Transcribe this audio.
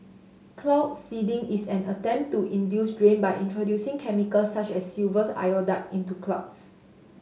cloud seeding is an attempt to induce rain by introducing chemicals such as silver iodide into clouds